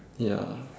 ya